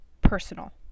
personal